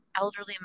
elderly